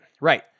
Right